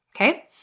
okay